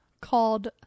called